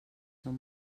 són